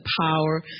power